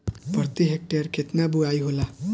प्रति हेक्टेयर केतना बुआई होला?